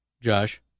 josh